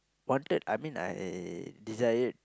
wanted I mean I desired